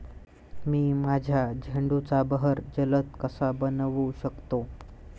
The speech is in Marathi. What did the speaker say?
मी माझ्या झेंडूचा बहर जलद कसा बनवू शकतो?